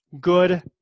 good